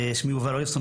שמי יובל אוליבסטון,